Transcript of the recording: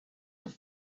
have